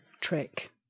trick